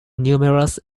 numerous